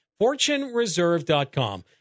Fortunereserve.com